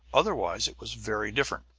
otherwise, it was very different.